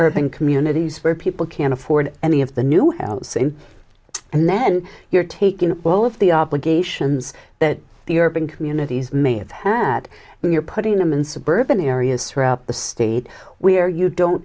urban communities where people can't afford any of the new housing and then you're taking a poll of the obligations that the urban communities may have had when you're putting them in suburban areas throughout the state where you don't